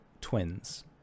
twins